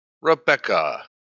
Rebecca